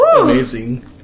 Amazing